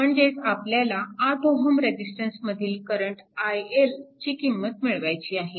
म्हणजेच आपल्याला 8 Ω रेजिस्टन्समधील करंट iL ची किंमत मिळवायची आहे